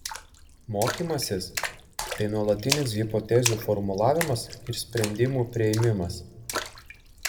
mokymasis tai nuolatinis hipotezių formulavimas ir sprendimų priėmimas